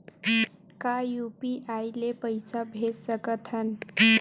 का यू.पी.आई ले पईसा भेज सकत हन?